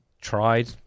tried